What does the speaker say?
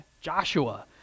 Joshua